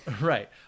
right